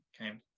okay